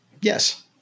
Yes